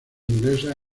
inglesas